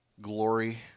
glory